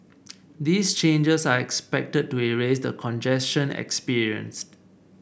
these changes are expected to ease the congestion experienced